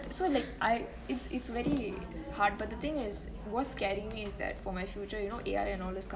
so like I it's it's very hard but the thing is what's scaring me for my future you know A_I and all those